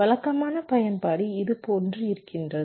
வழக்கமான பயன்பாடு இதுபோன்று இருக்கிறது